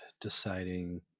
deciding